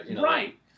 Right